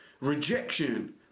rejection